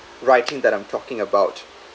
writing that I'm talking about